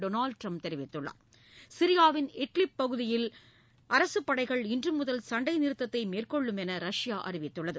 Donald Trump தெரிவித்துள்ளார் சிரியாவின் Idlib பகுதியில் அரசுப் படைகள் இன்று முதல் சண்டை நிறுத்தத்தை மேற்கொள்ளும் என்று ரஷ்யா அறிவித்துள்ளது